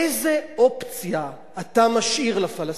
איזה אופציה אתה משאיר לפלסטינים?